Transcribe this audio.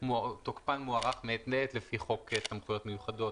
ותוקפן מוארך מעת לעת לפי חוק סמכויות מיוחדות,